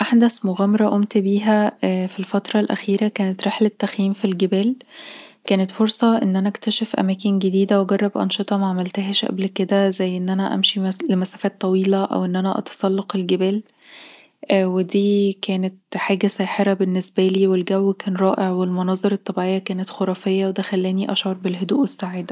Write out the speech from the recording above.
أحدث مغامره قومت بيها في الفتره الاخيره كانت رحلة تخييم في الجبال كانت فرصة أكتشف أماكن جديدة وأجرب أنشطة ما عملتهاش قبل كده، زي المشي لمسافات طويلة او ان انا أتسلق الجبال ودي كانت حاجه ساحره بالنسبالي والجو كان رائع والمناظر الطبيعيه كانت خرافيه وده خلاني أشعر بالهدوء والسعاده